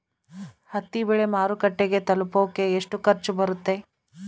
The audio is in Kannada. ಹತ್ತಿ ಬೆಳೆ ಮಾರುಕಟ್ಟೆಗೆ ತಲುಪಕೆ ಎಷ್ಟು ಖರ್ಚು ಬರುತ್ತೆ?